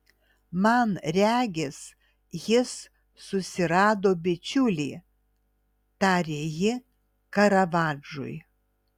man regis jis susirado bičiulį tarė ji karavadžui